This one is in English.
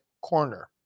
corner